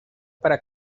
para